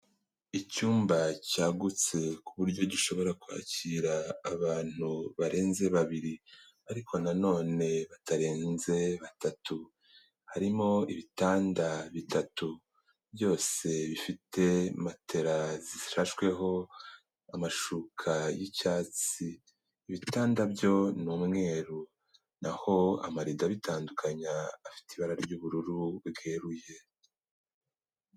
Icyumba cyagutse ku buryo gishobora kwakira abantu barenze babiri. Ariko na none batarenze batatu. Harimo ibitanda bitatu. Byose bifite matela zifashweho amashuka y'icyatsi. Ibitanda byo ni umweru. Na ho amarido abitandukanya afite ibara ry'ubururu bweruye.